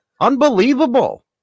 Unbelievable